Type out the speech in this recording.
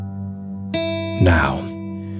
Now